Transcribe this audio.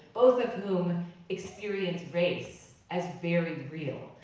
both of whom experience race as very real.